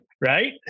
right